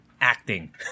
acting